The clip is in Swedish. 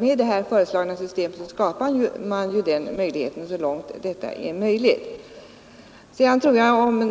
med det föreslagna systemet skapar man ju förutsättningar för det så långt det är möjligt.